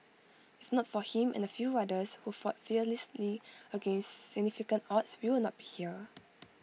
if not for him and A few others who fought fearlessly against significant odds we will not be here